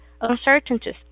uncertainties